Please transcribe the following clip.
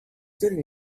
still